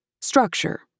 Structure